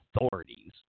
authorities